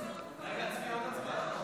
6 נתקבלו.